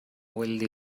wealthy